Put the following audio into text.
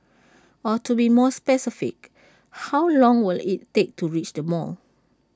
or to be more specific how long will IT take to reach the mall